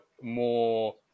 more